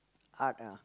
art ah